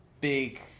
big